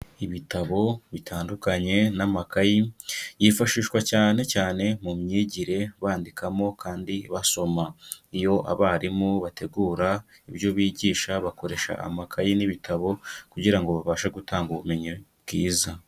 Ibitabo bitandukanye n'amakayi yifashishwa cyane cyane mu myigire bandikamo kandi basoma. Iyo abarimu bategura ibyo bigisha bakoresha amakayi n'ibitabo, kugira ngo babashe gutanga ubumenyi bwiza.